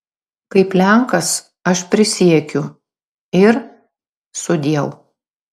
kaip lenkas aš prisiekiu ir sudieu